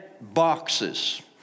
boxes